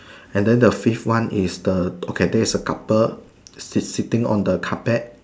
and then the fifth one is the okay there is a couple sitting on the carpet